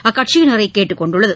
அக்கட்சியினரை கேட்டுக்கொண்டுள்ளது